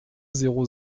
zéro